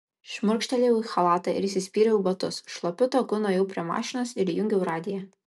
šmurkštelėjau į chalatą ir įsispyriau į batus šlapiu taku nuėjau prie mašinos ir įjungiau radiją